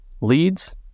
Leads